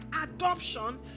adoption